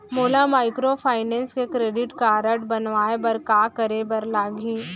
मोला माइक्रोफाइनेंस के credit card बनवाए बर का करे बर लागही?